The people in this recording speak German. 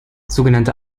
sogenannte